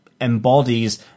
embodies